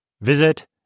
Visit